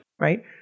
Right